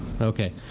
okay